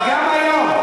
אבל גם היום,